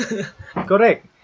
Correct